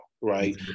right